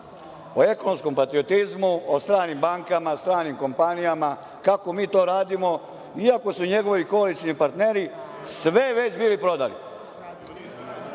o ekonomskom patriotizmu, o stranim bankama, stranim kompanijama, kako mi to radimo, iako su njegovi koalicioni partneri sve već bili prodali. Podržaću